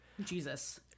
Jesus